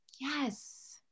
Yes